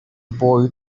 boy